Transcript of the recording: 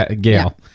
Gail